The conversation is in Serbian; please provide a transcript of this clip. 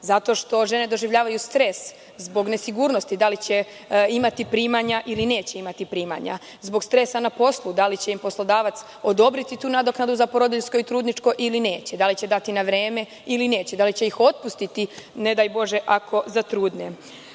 Zato što žene doživljavaju stres zbog nesigurnosti, da li će imati primanja ili neće imati, zbog stresa na poslu, da li će im poslodavac odobriti tu nadoknadu za porodiljsko i trudničko, ili neće, da li će dati na vreme ili neće, da li će ih otpustiti, ne daj Bože, ako zatrudne,